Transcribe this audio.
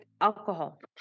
alcohol